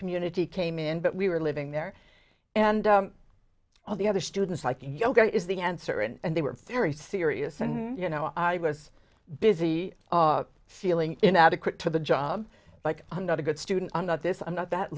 community came in but we were living there and all the other students like yoga is the answer and they were very serious and you know he was busy feeling inadequate to the job like i'm not a good student i'm not this i'm not that